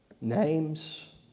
names